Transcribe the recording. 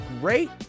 great